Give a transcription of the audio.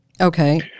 Okay